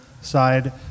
side